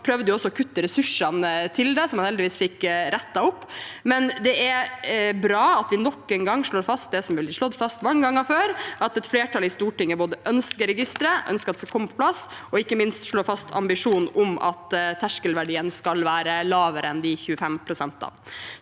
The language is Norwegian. Man prøvde også å kutte ressursene til det, noe man heldigvis fikk rettet opp. Det er bra at vi nok en gang slår fast det som er blitt slått fast mange ganger før: at et flertall i Stortinget både ønsker registeret, ønsker at det skal komme på plass, og ikke minst slår fast ambisjonen om at terskelverdien skal være lavere enn 25 pst.